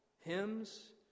hymns